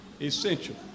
essential